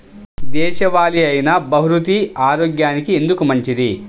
దేశవాలి అయినా బహ్రూతి ఆరోగ్యానికి ఎందుకు మంచిది?